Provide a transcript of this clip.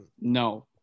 No